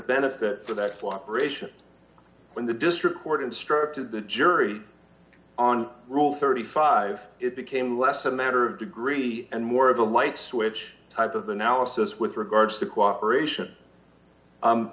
benefit for that british when the district court instructed the jury on rule thirty five dollars it became less a matter of degree and more of a light switch type of analysis with regards to cooperation